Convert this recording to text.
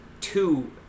two